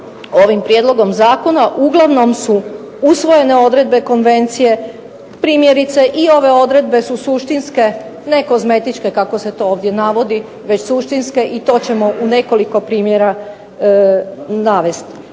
ovim prijedlogom zakona uglavnom su usvojene odredbe konvencije, primjerice i ove odredbe su suštinske, ne kozmetičke kako se to ovdje navodi, već suštinske i to ćemo u nekoliko primjera navesti.